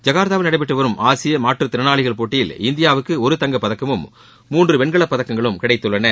ஜகா்த்தாவில் நடைபெற்று வரும் ஆசிய மாற்றுத்திறனாளிகள் போட்டியில் இந்தியாவுக்கு ஒரு தங்கப் பதக்கமும் மூன்று வெண்கலப்பதகங்களும் கிடைத்துள்ளன